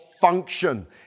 function